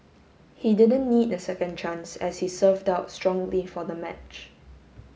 he didn't need a second chance as he served out strongly for the match